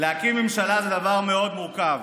להקים ממשלה זה דבר מאוד מורכב.